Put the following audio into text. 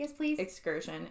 excursion